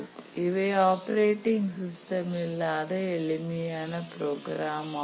இவை operating system இல்லாத எளிமையான ப்ரோக்ராம் ஆகும்